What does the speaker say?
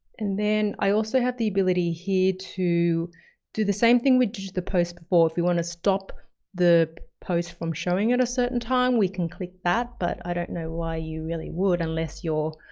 and then, i also have the ability here to do the same thing with just the post before. if you want to stop the post from showing at a certain time, we can click that. but i don't know why you really would unless you're,